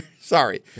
Sorry